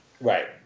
Right